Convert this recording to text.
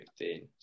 15